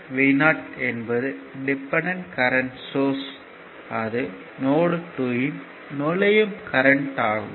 5 Vo என்பது dependent current source அது node 2 யின் நுழையும் கரண்ட் ஆகும்